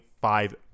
five